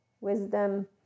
wisdom